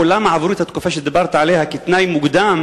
כולם עברו את התקופה שדיברת עליה כתנאי מוקדם